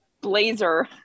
blazer